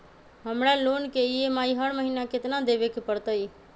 हमरा लोन के ई.एम.आई हर महिना केतना देबे के परतई?